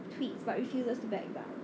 tweets but refuses to back down